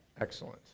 Excellent